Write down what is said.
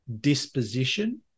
disposition